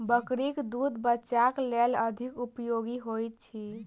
बकरीक दूध बच्चाक लेल अधिक उपयोगी होइत अछि